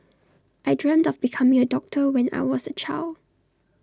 I dreamt of becoming A doctor when I was A child